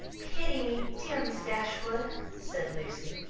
pity me, dear miss dashwood! said lucy,